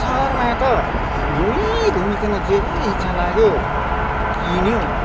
सहरमा त घुमी घुमीकन जे जे इच्छा लाग्यो किन्यो